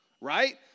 Right